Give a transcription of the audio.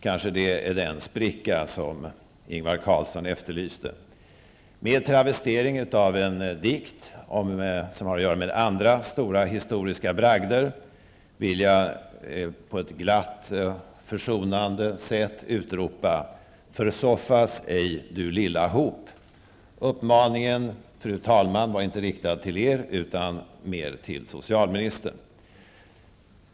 Kanske är det den spricka som Ingvar Med en travestering av en dikt som har att göra med stora historiska bragder vill jag på ett glatt och försonande sätt utropa: ''Försoffas ej, du lilla hop!'' Uppmaningen, fru talman, var inte riktad till er utan mer till socialdemokraterna.